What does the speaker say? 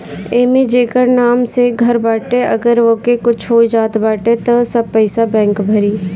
एमे जेकर नाम से घर बाटे अगर ओके कुछ हो जात बा त सब पईसा बैंक भरी